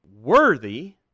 worthy